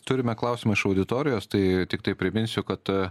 turime klausimą iš auditorijos tai tiktai priminsiu kad